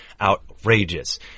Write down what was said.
outrageous